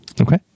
Okay